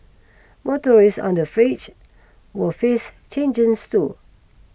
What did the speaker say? motorists on the fringe will face changes too